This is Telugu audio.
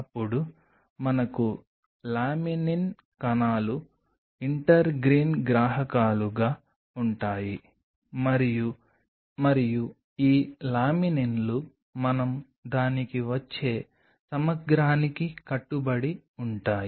అప్పుడు మనకు లామినిన్ కణాలు ఇంటర్గ్రీన్ గ్రాహకాలుగా ఉంటాయి మరియు ఈ లామినిన్లు మనం దానికి వచ్చే సమగ్రానికి కట్టుబడి ఉంటాయి